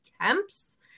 attempts